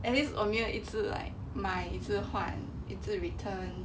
at least 我没有一直 like 买一直换一直 return